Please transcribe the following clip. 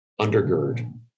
undergird